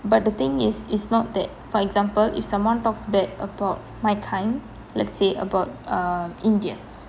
but the thing is is not that for example if someone talks bad about my kind let's say about err indians